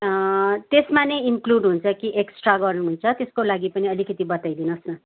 त्यसमा नै इन्क्लुड हुन्छ कि एक्सट्रा गर्नुहुन्छ त्यसको लागि पनि अलिकति बताइ दिनुहोस् न